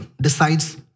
decides